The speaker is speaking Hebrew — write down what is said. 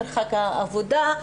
מרחק העבודה,